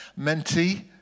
mentee